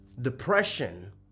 Depression